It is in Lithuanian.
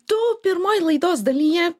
tu pirmoj laidos dalyje